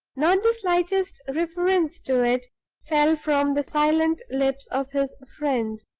not the slightest reference to it fell from the silent lips of his friend.